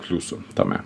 pliusų tame